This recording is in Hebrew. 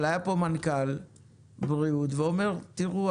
אבל היה פה מנכ"ל בריאות והוא אומר 'תראו,